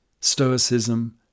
Stoicism